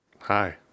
Hi